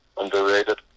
underrated